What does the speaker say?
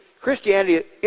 Christianity